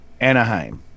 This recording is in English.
Anaheim